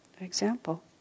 example